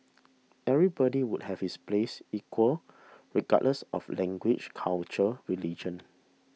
everybody would have his place equal regardless of language culture religion